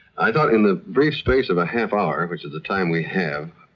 i thought in the brief space of a half hour, which is the time we have,